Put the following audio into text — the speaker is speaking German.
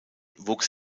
wuchs